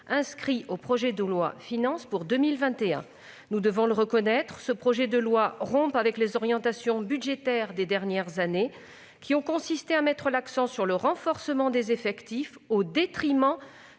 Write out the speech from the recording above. inscrits au projet de loi de finances pour 2021. Nous devons reconnaître que ce projet de loi rompt avec les orientations budgétaires des dernières années, qui ont consisté à mettre l'accent sur le renforcement des effectifs, au détriment